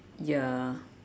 ya